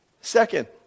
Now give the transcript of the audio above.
Second